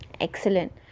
Excellent